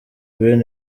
ben